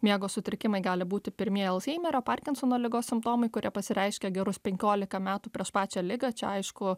miego sutrikimai gali būti pirmieji alzheimerio parkinsono ligos simptomai kurie pasireiškia gerus penkiolika metų prieš pačią ligą čia aišku